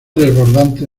desbordante